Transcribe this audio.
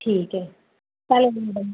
ठीक आहे चालेल मॅडम